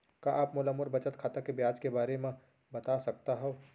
का आप मोला मोर बचत खाता के ब्याज के बारे म बता सकता हव?